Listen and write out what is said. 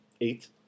Eight